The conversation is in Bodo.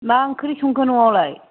मा ओंख्रि संखो न'आवलाय